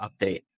update